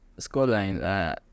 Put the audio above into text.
scoreline